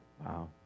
Wow